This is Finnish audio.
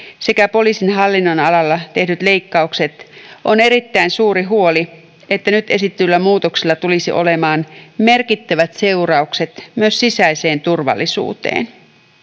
sekä poliisin hallinnonalalla tehdyt leikkaukset on erittäin suuri huoli että nyt esitetyillä muutoksilla tulisi olemaan merkittävät seuraukset myös sisäiseen turvallisuuteen